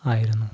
ആയിരുന്നു